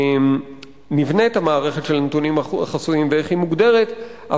נבנית המערכת של הנתונים החסויים ואיך היא מוגדרת,